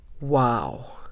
Wow